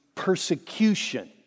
persecution